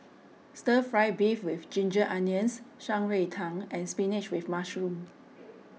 Stir Fry Beef with Ginger Onions Shan Rui Tang and Spinach with Mushroom